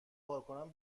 کارکنان